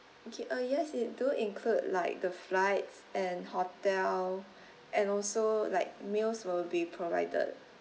okay uh yes it do include like the flights and hotel and also like meals will be provided